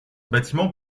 bâtiment